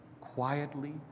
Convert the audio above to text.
Quietly